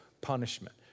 punishment